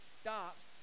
stops